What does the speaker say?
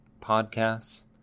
podcasts